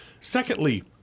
Secondly